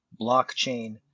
blockchain